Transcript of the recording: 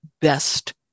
best